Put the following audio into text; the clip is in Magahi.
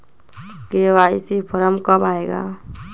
के.वाई.सी फॉर्म कब आए गा?